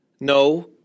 No